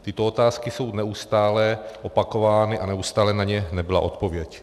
Tyto otázky jsou neustále opakovány a neustále na ně nebyla odpověď.